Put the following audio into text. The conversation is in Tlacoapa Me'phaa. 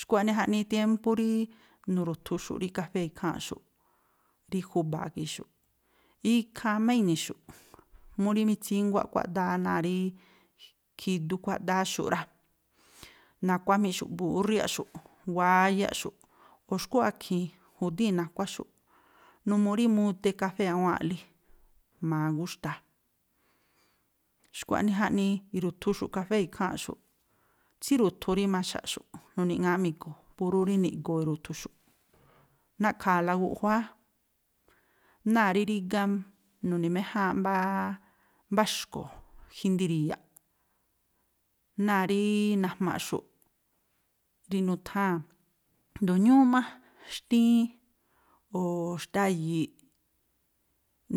Xkua̱ꞌnii jaꞌnii tiémpú rí nu̱ru̱thuxu̱ꞌ rí kafée̱ ikháa̱nꞌxu̱ rí juba̱a gii̱xu̱ꞌ. Ikhaa má i̱ni̱xu̱ꞌ mú rí mitsínguá kuáꞌdáá náa̱ rí khidu kuáꞌdááxu̱ꞌ rá, nakuá jmíꞌxu̱ꞌ búrriáꞌxu̱ꞌ, wáyáꞌxu̱ꞌ, o̱ xkúꞌ akhi̱in, ju̱díi̱n nakuáxu̱ꞌ, numuu rí mude kafée̱ áwáa̱nꞌlí jma̱a gúxta̱a̱. Xkua̱ꞌnii jaꞌnii i̱ru̱thu xu̱ꞌ kafée̱ ikháa̱nꞌxu̱ꞌ. Tsíru̱thu rí maxaꞌxu̱ꞌ, nu̱ni̱ꞌŋááꞌ mi̱go̱o̱, púrú rí niꞌgo̱o̱ i̱ru̱thuxu̱ꞌ. Na̱ꞌkha̱a̱la guꞌjuáá, náa̱ rí rígá, nu̱ni̱méjáánꞌ mbáá, mbá xkuo̱o̱, jindiri̱ya̱ꞌ náa̱ rííí najmaꞌxu̱ꞌ rí nutháa̱n a̱jndo̱ ñúú má, xtíín, o̱o̱ xtáyi̱i̱,